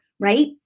Right